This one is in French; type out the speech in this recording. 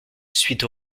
suite